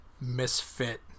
misfit